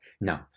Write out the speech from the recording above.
No